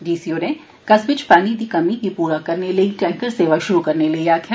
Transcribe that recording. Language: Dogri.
डी सी होरें कस्वे इच पानी दी कमी गी पूरा करने लेई टैंकर सेवा शुरू करने लेई आक्खेया